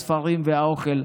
הספרים והאוכל.